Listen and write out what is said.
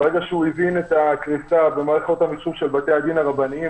הבין את הקריסה במערכות של בתי-הדין הרבניים,